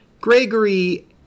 Gregory